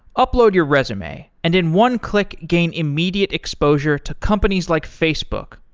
upload your resume and, in one click, gain immediate exposure to companies like facebook,